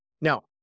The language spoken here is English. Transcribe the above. Now